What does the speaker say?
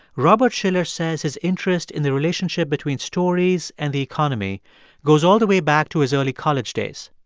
robert shiller says his interest in the relationship between stories and the economy goes all the way back to his early college days.